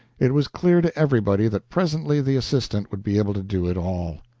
it was clear to everybody that presently the assistant would be able to do it all.